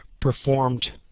performed